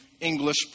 English